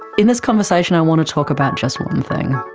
in this conversation i want to talk about just one thing,